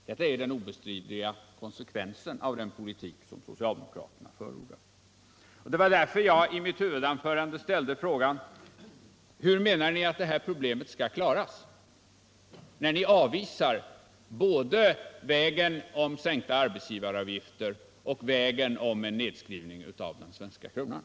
Detta är den obestridliga konsekvensen av den politik som socialdemokraterna förordar, och det var därför som jag i mitt huvudanförande ställde frågan: Hur menar ni att det här problemet skall klaras, när ni avvisar både vägen över sänkta arbetsgivaravgifter och vägen över en nedskrivning av den svenska kronan?